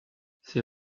ses